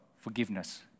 forgiveness